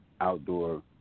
outdoor